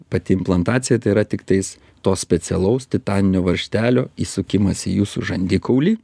pati implantacija tai yra tiktais to specialaus titaninio varžtelio įsukimas į jūsų žandikaulį